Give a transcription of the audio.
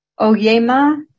Oyema